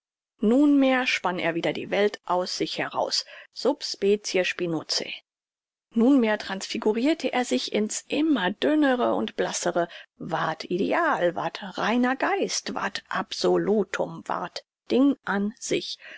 nunmehr spann er wieder die welt aus sich heraus sub specie spinozae nunmehr transfigurirte er sich in's immer dünnere und blassere ward ideal ward reiner geist ward absolutum ward ding an sich